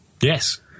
yes